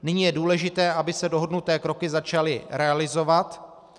Nyní je důležité, aby se dohodnuté kroky začaly realizovat.